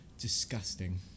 disgusting